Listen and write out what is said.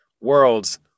worlds